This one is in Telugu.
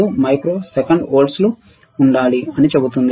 5 మైక్రోసెకండ్ వోల్ట్లు ఉండాలి అని చెబుతుంది